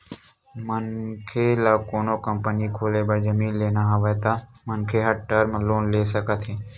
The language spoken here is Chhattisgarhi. मनखे ल कोनो कंपनी खोले बर जमीन लेना हवय त मनखे ह टर्म लोन ले सकत हे